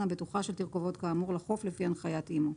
הבטוחה של תרכובות כאמור לחוף לפי הנחיית אימ"ו".